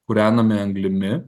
kūrenami anglimi